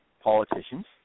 politicians